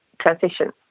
transition